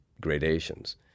gradations